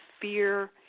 fear